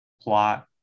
plot